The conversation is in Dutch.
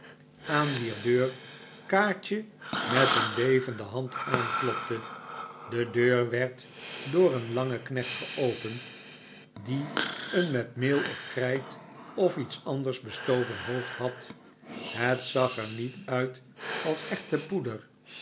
aan wier deur kaatje met een bevende hand aanklopte de deur werd door een langen knecht geopend die een met meel of krijt of iets anders bestoven hoofd had het zag er niet uit als echte poeder